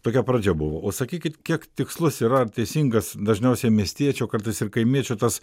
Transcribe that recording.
tokia pradžia buvo o sakykit kiek tikslus yra teisingas dažniausiai miestiečio kartais ir kaimiečio tas